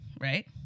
right